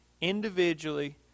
individually